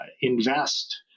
invest